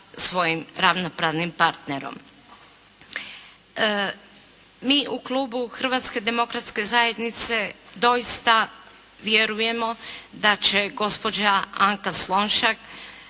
svojim ravnopravnim partnerom. Mi u Klubu Hrvatske demokratske zajednice doista vjerujemo da će gospođa Anka Slonjšak